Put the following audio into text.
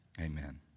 Amen